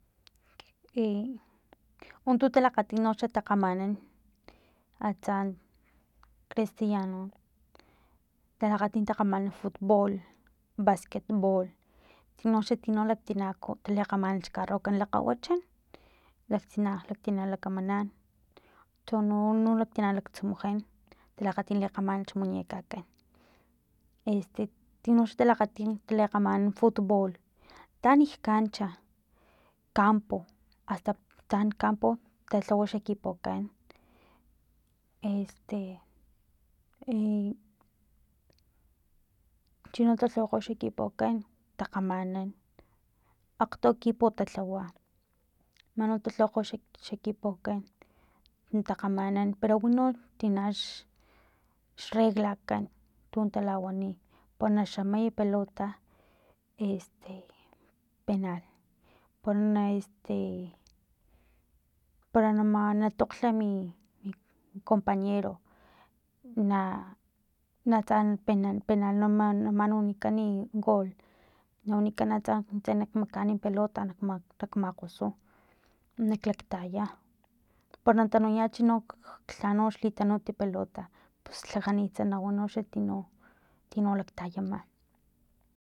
E untu talakgati noxa takgamanan atsa cristianon talakgati takgamanan fot bool basquet bool tinoxa tino laktinaku kgamanan xcarrokan lakgawachan laktina laktina lakamanan chono uno laktina laktsumujan talakgati takgamanan xmuñecakan este tino xa talakgati takgamanan fut bool taan jcancha campo asta taan jcampo talhawa xekipokan este e chino talhawakgo xequipokan takgamanan akgto ekipo ta lhawa man no talhawakgo xequipokan takgamanan pero uno tina x xreglakan untu tawani pana xamay pelota este penal pana este para na tokga min compañero natsa penal penal na wanikani gool na wanikan atsa nintse nak makaan pelota nak makgosu nak laktaya pana tanuyacha no lhano xlitanut pelota pus lhajanitsa nawan xa tino tino laktayama